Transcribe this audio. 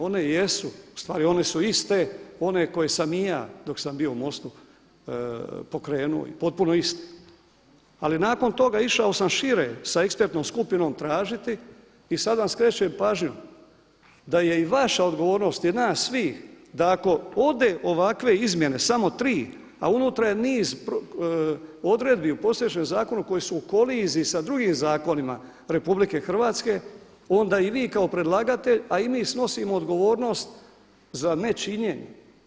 One jesu, ustvari one su iste, one koje sam i ja dok sam bio u MOST-u pokrenuo, potpuno iste, ali nakon toga išao sam šire sa ekspertnom skupinom tražiti i sada vam skrećem pažnju da je i vaša odgovornost i nas svih da ako ode ovakve izmjene samo tri, a unutra je niz odredbi u postojećem zakonu koje su u koliziji sa drugim zakonima RH, onda i vi kao predlagatelj, a i mi snosimo odgovornost za nečinjenje.